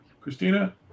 Christina